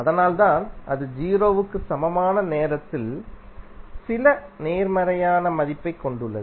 அதனால்தான் அது 0 க்கு சமமான நேரத்தில் சில நேர்மறையான மதிப்பைக் கொண்டுள்ளது